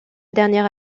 dernière